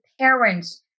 parents